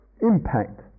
impact